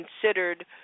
considered